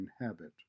inhabit